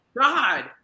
God